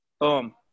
boom